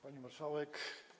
Pani Marszałek!